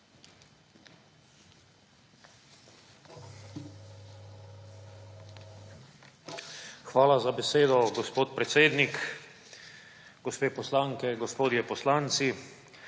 Hvala za besedo, gospod predsednik. Gospe poslanke, gospodje poslanci!